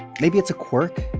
maybe it's a quirk,